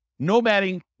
nomading